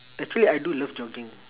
actually I do love jogging